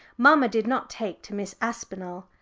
mamma did not take to miss aspinall.